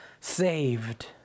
saved